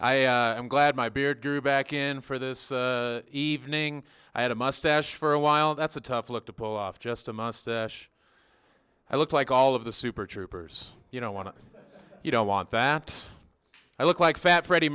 am glad my beard grew back in for this evening i had a mustache for a while that's a tough look to pull off just a mustache i look like all of the super troopers you know want to you don't want that i look like fat freddy